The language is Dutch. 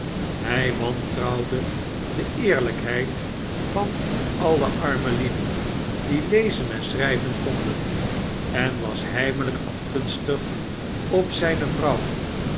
hij wantrouwde de eerlijkheld van alle arme heden die lezen en schrijven konden en was heimelijk afgunstig op zijne vrouw